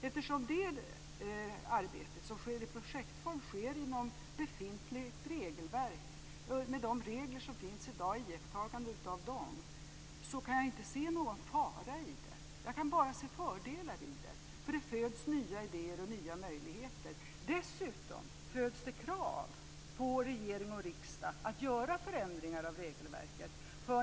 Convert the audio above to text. Eftersom det arbete som sker i projektform sker inom befintligt regelverk, med iakttagande av de regler som finns i dag, kan jag inte se någon fara i det. Jag kan bara se fördelar i det, därför att det föds nya idéer och nya möjligheter. Dessutom föds det krav på regering och riksdag att göra förändringar av regelverket.